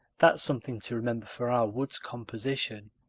that's something to remember for our woods composition.